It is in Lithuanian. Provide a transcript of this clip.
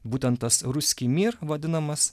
būtent tas ruskij mir vadinamas